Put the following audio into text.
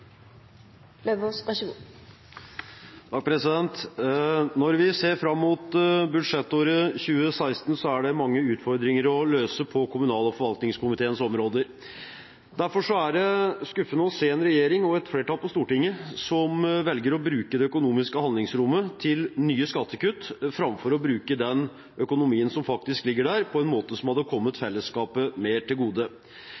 forvaltningskomiteens områder. Derfor er det skuffende å se en regjering og et flertall på Stortinget som velger å bruke det økonomiske handlingsrommet til nye skattekutt framfor å bruke den økonomien som faktisk ligger der, på en måte som hadde